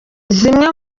zimwe